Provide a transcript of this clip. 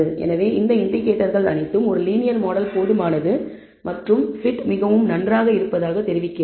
எனவே இந்த இண்டிகேட்டர்கள் அனைத்தும் ஒரு லீனியர் மாடல் போதுமானது மற்றும் fit மிகவும் நன்றாக இருப்பதாகத் தெரிவிக்கிறது